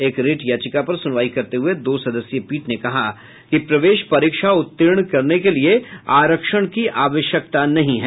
एक रिट याचिका पर सुनवाई करते हुए दो सदस्यीय पीठ ने कहा कि प्रवेश परीक्षा उत्तीर्ण करने के लिए आरक्षण की आवश्यकता नहीं है